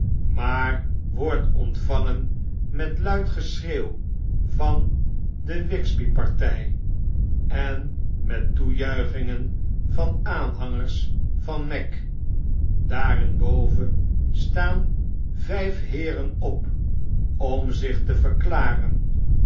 maar wordt ontvangen met luid geschreeuw van de wigsby partjj en met toejuichingen van de aanhangers van magg daarenboven staan vyf heeren op om zich te verklaren